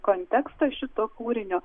kontekstas šito kūrinio